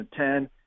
2010